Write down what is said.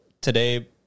today